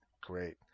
great